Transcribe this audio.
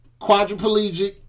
quadriplegic